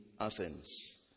Athens